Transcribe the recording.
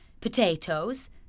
potatoes